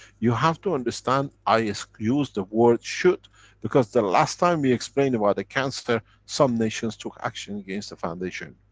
you have to understand, i used the word should because the last time we explained about the cancer, some nations took action against the foundation.